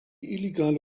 illegale